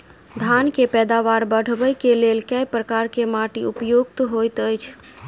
धान केँ पैदावार बढ़बई केँ लेल केँ प्रकार केँ माटि उपयुक्त होइत अछि?